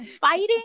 fighting